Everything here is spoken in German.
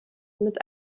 mit